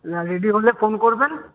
ready হলে phone করবেন